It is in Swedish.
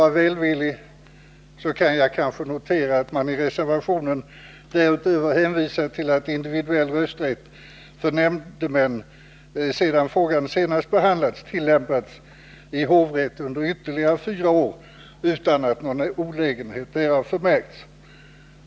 vara välvillig kan jag notera att man i reservationen därutöver hänvisar till att individuell rösträtt för nämndemän sedan frågan senast behandlades har tillämpats i hovrätten under ytterligare fyra år utan att någon olägenhet därav har förmärkts.